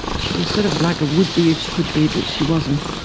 she was sort of like a would be if she could be, but she wasn't.